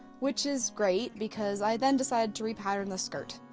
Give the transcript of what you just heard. which is great because i then decided to re-pattern the skirt.